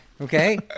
okay